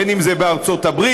בין אם זה בארצות הברית,